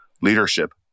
leadership